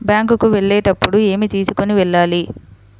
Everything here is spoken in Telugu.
బ్యాంకు కు వెళ్ళేటప్పుడు ఏమి తీసుకొని వెళ్ళాలి?